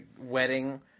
wedding